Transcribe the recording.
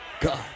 God